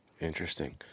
Interesting